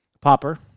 popper